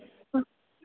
ம்